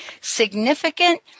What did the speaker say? significant